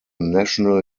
national